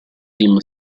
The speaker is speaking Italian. team